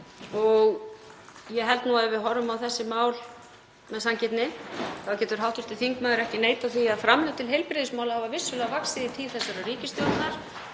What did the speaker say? Ég held að ef við horfum á þessi mál með sanngirni þá geti hv. þingmaður ekki neitað því að framlög til heilbrigðismála hafa vissulega vaxið í tíð þessarar ríkisstjórnar